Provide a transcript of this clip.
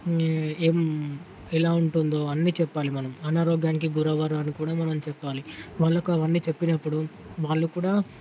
ఎలా ఉంటుందో అన్ని చెప్పాలి మనం అనారోగ్యానికి గురవ్వరు అని కూడా మనం చెప్పాలి వాళ్లకి అవన్నీ చెప్పినప్పుడు వాళ్లు కూడా